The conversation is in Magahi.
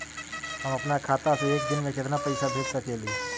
हम अपना खाता से एक दिन में केतना पैसा भेज सकेली?